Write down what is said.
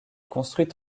construite